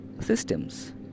systems